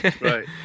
Right